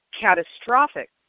catastrophic